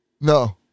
No